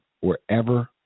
wherever